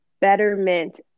betterment